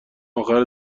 اخر